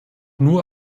nur